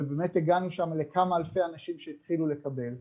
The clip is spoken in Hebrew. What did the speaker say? ובאמת הגענו שם לכמה אלפי אנשים שהתחילו לקבל.